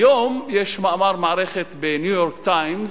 היום יש מאמר מערכת ב"ניו-יורק טיימס",